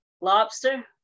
lobster